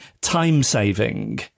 time-saving